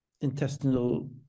intestinal